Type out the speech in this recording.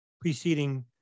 preceding